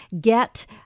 Get